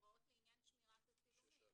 הוראות לעניין שמירת הצילומים.